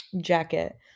jacket